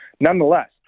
Nonetheless